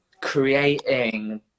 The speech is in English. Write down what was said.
creating